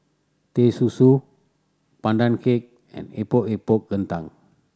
Teh Susu Pandan Cake and Epok Epok Kentang